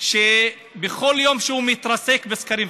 שבכל יום שהוא מתרסק בסקרים,